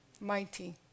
mighty